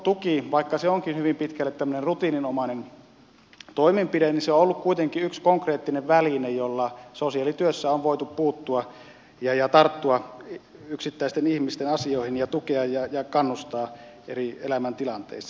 toimeentulotuki vaikka se onkin hyvin pitkälle tämmöinen rutiininomainen toimenpide on ollut kuitenkin yksi konkreettinen väline jolla sosiaalityössä on voitu puuttua ja tarttua yksittäisten ihmisten asioihin ja tukea ja kannustaa eri elämäntilanteissa